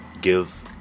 give